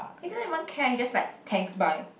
he doesn't even care he's just like thanks bye